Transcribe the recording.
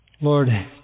Lord